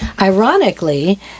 Ironically